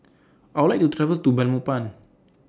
I Would like to travel to Belmopan